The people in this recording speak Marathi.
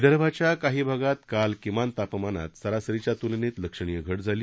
विदर्भाच्या काही भागात काल किमान तापमानात सरासरीच्या त्लनेत लक्षणीय घट झाली